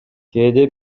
кээде